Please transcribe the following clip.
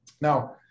Now